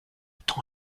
temps